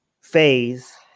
phase